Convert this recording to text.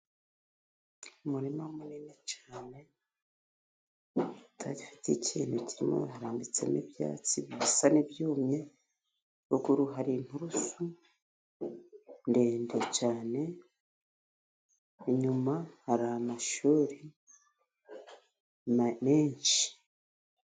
Umurima munini cyane utagifite ikintu kirimo, harambitsemo ibyatsi bisa n'ibyumye, ruguru hari inturusu ndende cyane, inyuma hari amashuri menshi.